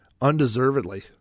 undeservedly